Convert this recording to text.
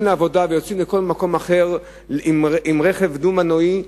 לעבודה ויוצאים לכל מקום אחר עם רכב דו-מנועי,